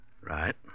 Right